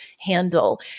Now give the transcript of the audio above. handle